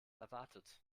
erwartet